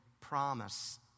promise